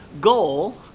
goal